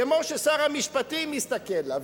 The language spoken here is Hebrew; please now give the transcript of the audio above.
כמו ששר המשפטים מסתכל לה,